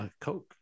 Coke